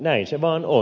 näin se vaan on